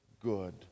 good